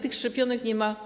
Tych szczepionek nie ma.